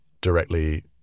directly